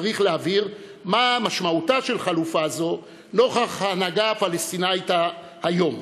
צריך להבהיר מה משמעותה של חלופה זו נוכח ההנהגה הפלסטינית כיום,